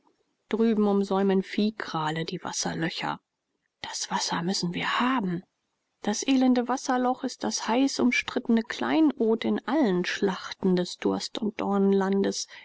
drüben umsäumen viehkrale die wasserlöcher das wasser müssen wir haben das elende wasserloch ist das heiß umstrittene kleinod in allen schlachten des durst und